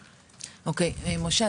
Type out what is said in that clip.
משה,